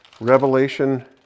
Revelation